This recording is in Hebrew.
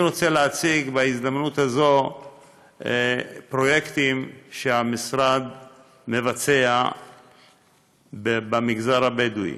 אני רוצה להציג בהזדמנות הזאת פרויקטים שהמשרד מבצע במגזר הבדואי: